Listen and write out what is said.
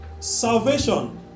Salvation